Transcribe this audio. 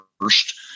first